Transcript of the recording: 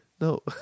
No